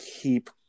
keep